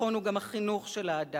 ביטחון הוא גם החינוך של האדם,